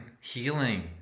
healing